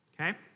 okay